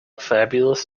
fabulous